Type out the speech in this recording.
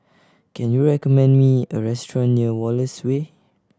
can you recommend me a restaurant near Wallace Way